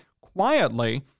quietly